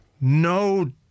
No